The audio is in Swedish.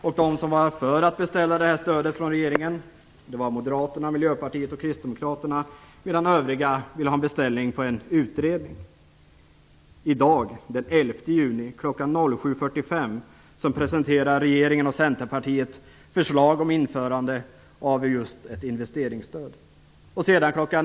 Moderaterna, Miljöpartiet och kristdemokraterna var för att beställa detta stöd från regeringen medan övriga ville ha en beställning på en utredning. I dag - den 11 juni kl. 7.45 - presenterade regeringen och Centerpartiet ett förslag om införande av just ett investeringsstöd. Kl.